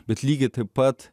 bet lygiai taip pat